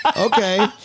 Okay